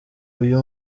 uyu